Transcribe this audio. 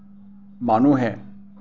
মানুহে